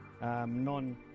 non